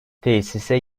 tesise